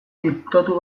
diputatu